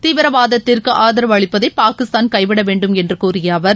தீவிரவாதத்திற்கு ஆதரவு அளிப்பதை பாகிஸ்தான் கைவிட வேண்டும் என்று கூறிய அவர்